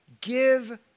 Give